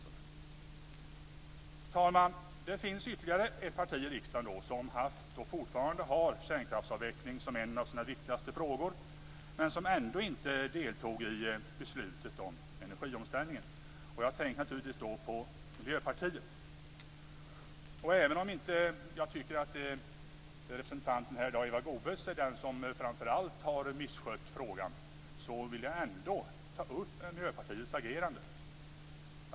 Fru talman! Det finns ytterligare ett parti i riksdagen som har haft och fortfarande har kärnkraftsavveckling som en av sina viktigaste frågor men som ändå inte deltog i beslutet om energiomställningen. Jag tänker naturligtvis då på Miljöpartiet. Även om jag inte tycker att representanten här i dag, Eva Goës, är den som framför allt har misskött frågan, vill jag ändå ta upp Miljöpartiets agerande.